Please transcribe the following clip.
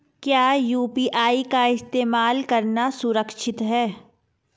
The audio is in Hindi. क्या यू.पी.आई का इस्तेमाल करना सुरक्षित है?